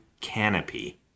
Canopy